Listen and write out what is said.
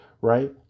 right